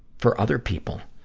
for other people.